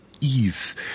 ease